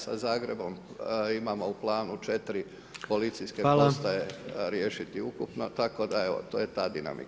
Sa Zagrebom imamo u planu 4 policijske postaje riješiti ukupno, tako da, evo, to je ta dinamika.